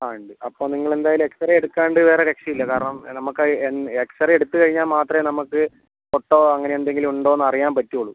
ആ ഉണ്ട് അപ്പം നിങ്ങൾ എന്തായാലും എക്സ്റേ എടുക്കാണ്ട് വേറെ രക്ഷയില്ല കാരണം നമുക്ക് എക്സ്റേ എടുത്ത് കഴിഞ്ഞാൽ മാത്രമേ നമുക്ക് പൊട്ടൽ അങ്ങനെ എന്തെങ്കിലും ഉണ്ടോന്ന് അറിയാൻ പറ്റൂള്ളൂ